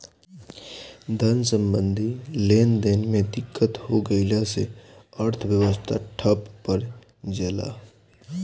धन सम्बन्धी लेनदेन में दिक्कत हो गइला से अर्थव्यवस्था ठप पर जला